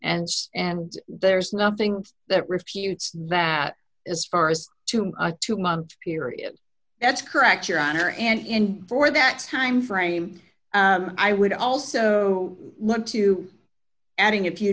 and and there's nothing that refutes that as far as to a two month period that's correct your honor and for that timeframe i would also like to adding a few